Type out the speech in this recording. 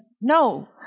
No